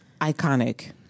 iconic